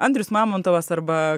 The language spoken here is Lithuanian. andrius mamontovas arba